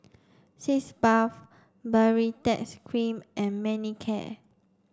Sitz Bath Baritex Cream and Manicare